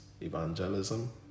evangelism